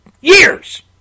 years